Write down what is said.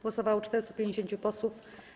Głosowało 450 posłów.